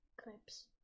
clips